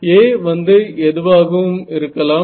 A வந்து எதுவாகவும் இருக்கலாம்